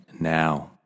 now